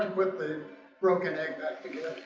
the broken egg back again.